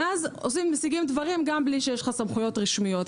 ואז משיגים דברם גם בלי שיש סמכויות רשמיות.